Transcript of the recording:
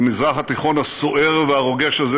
במזרח התיכון הסוער והרוגש הזה.